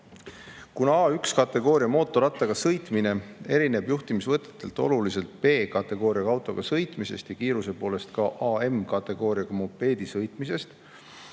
A1-kategooria mootorrattaga sõitmine erineb juhtimisvõtetelt oluliselt B-kategooria autoga sõitmisest ja kiiruse poolest ka AM-kategooria mopeediga sõitmisest,